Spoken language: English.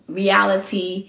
reality